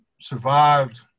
survived